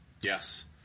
Yes